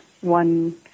one